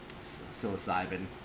psilocybin